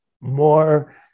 more